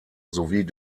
sowie